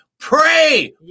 Pray